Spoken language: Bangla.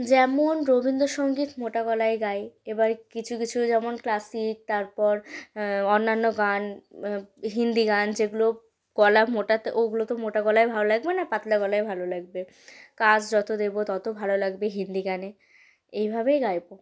যেমন রবীন্দ্র সঙ্গীত মোটা গলায় গাই এবার কিছু কিছু যেমন ক্লাসিক তারপর অন্যান্য গান হিন্দি গান যেগুলো গলা মোটাতে ওগুলো তো মোটা গলায় ভালো লাগবে না পাতলা গলায় ভালো লাগবে কাজ যতো দেবো তত ভালো লাগবে হিন্দি গানে এইভাবেই গাইবো